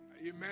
Amen